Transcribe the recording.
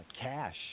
cash